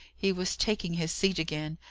he was taking his seat again,